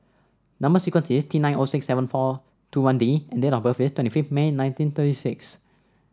number sequence is T nine O six seven four two one D and date of birth is twenty fifth May nineteen thirty six